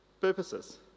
purposes